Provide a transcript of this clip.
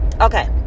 okay